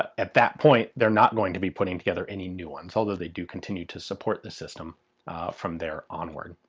at that point they're not going to be putting together any new ones, although they do continue to support the system from there onward.